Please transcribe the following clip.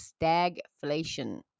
stagflation